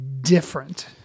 different